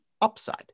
upside